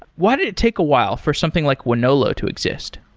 why did it take a while for something like wonolo to exist?